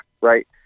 right